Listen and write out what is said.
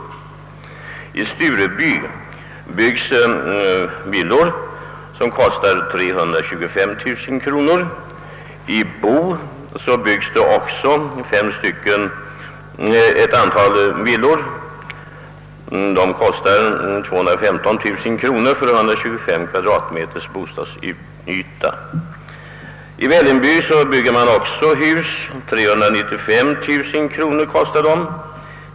I Stureby byggs villor som kostar 325 000 kronor. I Boo byggs det ett antal villor, som kostar 215 000 kronor för 125 kvm bostadsyta. I Vällingby bygger man också hus — 395 000 kronor kostar de.